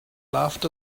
laughed